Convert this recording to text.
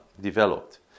developed